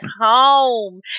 home